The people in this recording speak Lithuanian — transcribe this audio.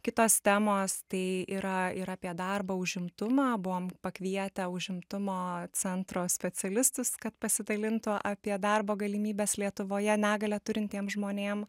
kitos temos tai yra ir apie darbą užimtumą buvom pakvietę užimtumo centro specialistus kad pasidalintų apie darbo galimybes lietuvoje negalią turintiems žmonėm